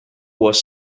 was